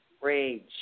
rage